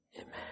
Amen